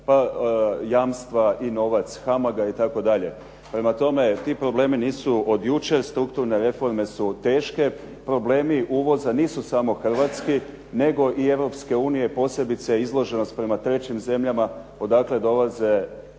pa jamstva i novac HAMAG-a itd. Prema tome, ti problemi nisu od jučer, strukturne reforme su teške. Problemi uvoza nisu samo hrvatski nego i Europske unije posebice izloženost prema trećim zemljama odakle dolaze